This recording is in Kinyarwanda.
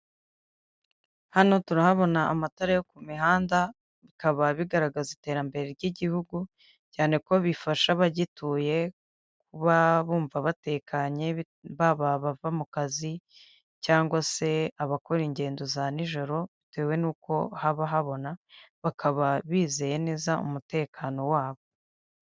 Hano turahabona amatara yo ku mihanda bikaba bigaragaza iterambere ry'igihugu cyane ko bifasha abagituye kuba bumva batekanye baba bava mu kazi cyangwa se abakora ingendo za nijoro bitewe n'uko haba habona bakaba bizeye neza umutekano wabo.